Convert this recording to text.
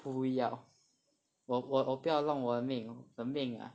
不要我我不要弄我的命我的命呀